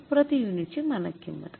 तर प्रति युनिटची मानक किंमत